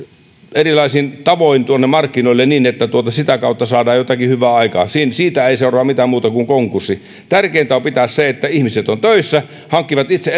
erilaisin tavoin tuonne markkinoille niin että sitä kautta saadaan jotakin hyvää aikaan siitä ei seuraa mitään muuta kuin konkurssi tärkeintä on pitää se että ihmiset ovat töissä hankkivat itse